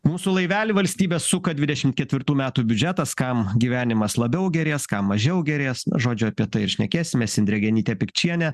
mūsų laivelį valstybė suka dvidešimt ketvirtų metų biudžetas kam gyvenimas labiau gerės kam mažiau gerės na žodžiu apie tai ir šnekėsimės indrė genytė pikčienė